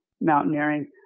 mountaineering